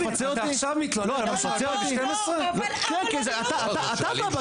ב-2012 יצאה הודעה שאוסרת מכאן והלאה,